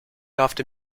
after